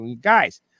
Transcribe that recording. guys